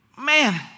man